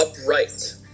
upright